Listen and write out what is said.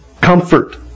Comfort